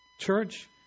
Church